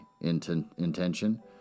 intention